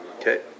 Okay